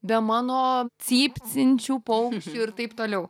be mano cypsinčių paukščių ir taip toliau